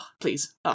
please